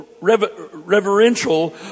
reverential